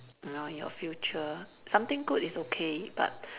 you know your future something good is okay but